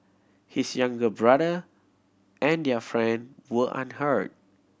his younger brother and their friend were unhurt